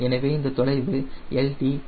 எனவே இந்தத் தொலைவு lt டெயிலின் a